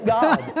God